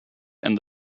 and